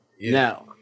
Now